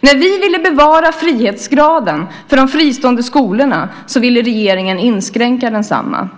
När vi ville bevara frihetsgraden för de fristående skolorna ville regeringen inskränka densamma.